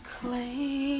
claim